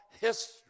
History